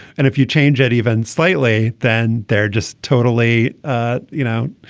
and if you change it even slightly then they're just totally ah you know